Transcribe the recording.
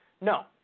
No